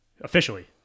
Officially